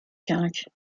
charge